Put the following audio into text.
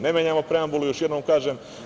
Ne menjamo preambulu, još jednom kažem.